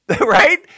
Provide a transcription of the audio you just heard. right